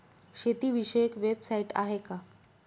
शेतीविषयक वेबसाइट आहे का?